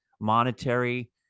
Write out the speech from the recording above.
monetary